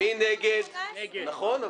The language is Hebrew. כתוב פה 18. נכון,